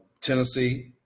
Tennessee